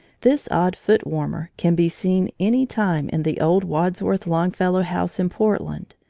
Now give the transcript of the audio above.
this odd foot-warmer can be seen any time in the old wadsworth-longfellow house in portland.